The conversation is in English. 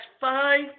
five